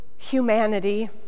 Humanity